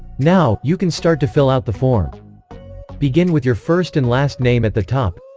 now, you can start to fill out the form begin with your first and last name at the top,